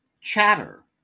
Chatter